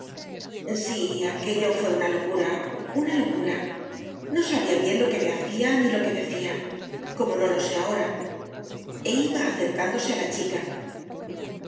sí aquello fué una locura una locura no sabía bien lo que me hacía ni lo que decía como no lo sé ahora e iba acercándose a la chica